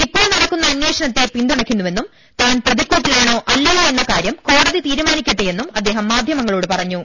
ഇപ്പോൾ നടക്കുന്ന അന്വേഷണത്തെ പിന്തുണക്കുന്നുവെന്നും താൻ പ്രതിക്കൂട്ടിലാണോ അല്ലയോ എന്ന കാര്യം കോടതി തീരു മാനിക്കട്ടെയെന്നും അദ്ദേഹം മാധ്യമങ്ങളോട് പറഞ്ഞു